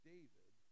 David